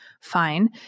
fine